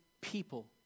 people